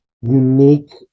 unique